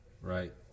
Right